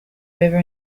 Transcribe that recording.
river